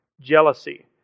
jealousy